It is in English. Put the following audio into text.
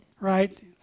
right